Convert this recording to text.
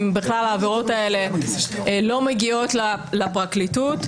בכלל העבירות האלה לא מגיעות לפרקליטות.